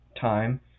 time